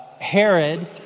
Herod